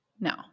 No